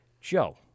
Joe